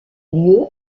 lieu